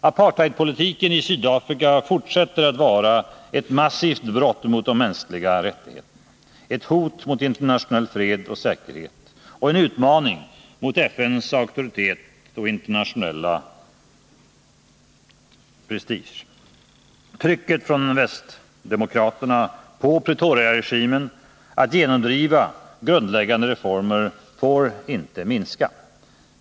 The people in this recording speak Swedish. Apartheidpolitiken i Sydafrika fortsätter att vara ett massivt brott mot de mänskliga rättigheterna, ett hot mot internationell fred och säkerhet, en utmaning mot FN:s auktoritet och en utmaning mot internationell opinion. Trycket från västdemokratierna på Pretoriaregimen att genomdriva grundläggande reformer får inte minska.